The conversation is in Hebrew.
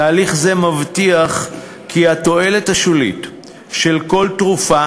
תהליך זה מבטיח כי התועלת השולית של כל תרופה